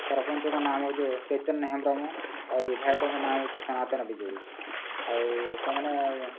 ସରପଞ୍ଚଙ୍କ ନାମ ହେଉଛି ଚୈତନ୍ୟ ହେମ୍ରମ ଆଉ ବିଧାୟକଙ୍କ ନାମ ହେଉଛି ସନାତନ ବିଜୁଳି ଆଉ ସେମାନେ